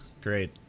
Great